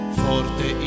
forte